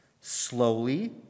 slowly